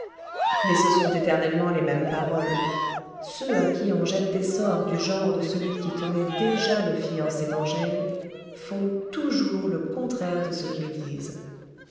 mais ce sont éternellement les mêmes paroles ceux à qui on jette des sorts du genre de celui qui tenait déjà le fiancé d'angèle font toujours le contraire de ce qu'ils disent